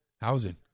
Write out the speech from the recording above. housing